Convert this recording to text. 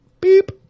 Beep